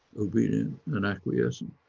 obedient an acquiescent.